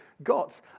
got